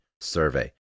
survey